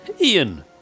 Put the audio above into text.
Ian